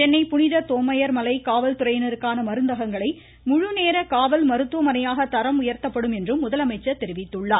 சென்னை புனித தோமையர்மலை காவல்துறையினருக்கான மருந்தகங்களை முழுநேர காவல் மருத்துவமணையாக தரம் உயர்த்தப்படு என்றும் முதலமைச்சர் தெரிவித்துள்ளார்